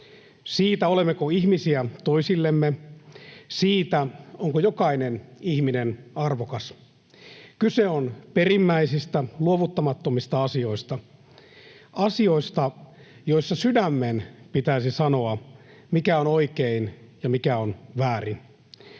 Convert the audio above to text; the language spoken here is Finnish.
Siitä, olemmeko ihmisiä toisillemme. Siitä, onko jokainen ihminen arvokas. Kyse on perimmäisistä, luovuttamattomista asioista. Asioista, joissa sydämen pitäisi sanoa, mikä on oikein ja mikä on väärin.